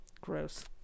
Gross